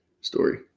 story